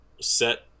set